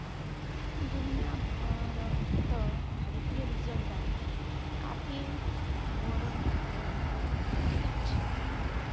दुनिया भर त भारतीय रिजर्ब बैंकक काफी बोरो बैकेर रूपत मानाल जा छेक